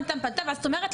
פנתה,